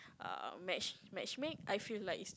um match matchmake I feel like it's